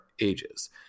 ages